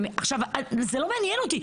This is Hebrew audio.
עכשיו, זה לא מעניין אותי.